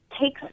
take